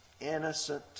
innocent